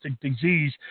disease